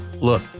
Look